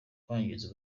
kwangiza